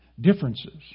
Differences